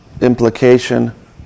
implication